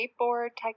skateboard-type